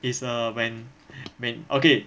is a when when okay